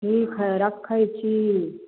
ठीक हए रखैत छी